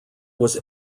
was